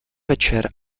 večer